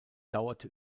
dauerte